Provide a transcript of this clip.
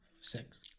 Six